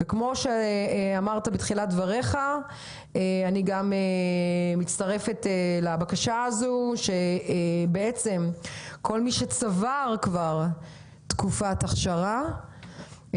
אני מצטרפת לבקשה שאומרת שכל מי שצבר תקופת אכשרה,